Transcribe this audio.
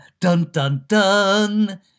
dun-dun-dun